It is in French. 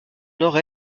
nord